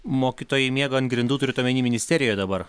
mokytojai miega ant grindų turit omenyje ministerijoj dabar